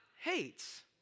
hates